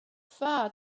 far